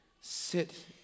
sit